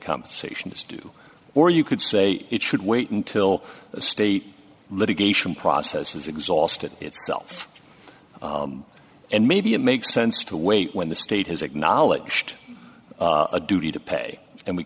compensation is due or you could say it should wait until the state litigation process has exhausted itself and maybe it makes sense to wait when the state has acknowledged a duty to pay and we